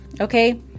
okay